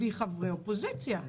בלי חברי אופוזיציה.